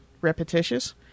repetitious